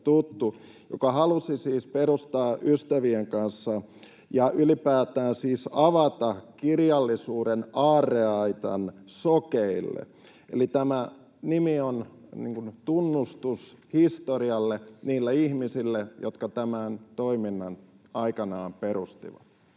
joka halusi siis perustaa ystävien kanssa ja ylipäätään siis avata kirjallisuuden aarreaitan sokeille. Eli tämä nimi on tunnustus historialle, niille ihmisille, jotka tämän toiminnan aikanaan perustivat.